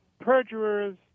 perjurers